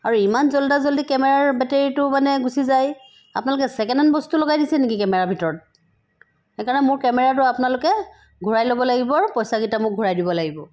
আৰু ইমান জল্দা জল্দি কেমেৰাৰ বেটেৰীটো মানে গুচি যায় আপোনালোকে ছেকেণ্ড হেণ্ড বস্তু লগাই দিছে নেকি কেমেৰাৰ ভিতৰত সেইকাৰণে মোৰ কেমেৰাটো আপোনালোকে ঘূৰাই ল'ব লাগিব পইছাকেইটা মোক ঘূৰাই দিব লাগিব